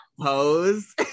pose